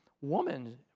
woman